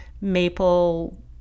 maple